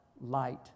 light